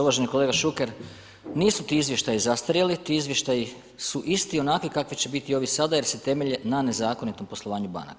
Uvaženi kolega Šuker, nisu ti izvještaji zastarjeli, ti izvještaji su isti onakvi kakvi će biti i ovi sada jer se temelje na nezakonitom poslovanju banaka.